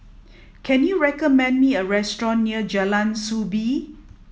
can you recommend me a restaurant near Jalan Soo Bee